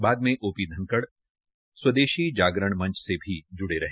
बाद में ओपी धनखड़ स्वदेशी जागरण मंच से भी जुड़े रहे